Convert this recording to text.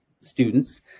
students